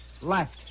Left